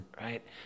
Right